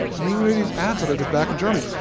and these ads that i did back in germany.